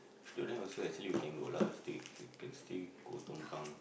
tonight also actually we can go lah stay we can stay go tompang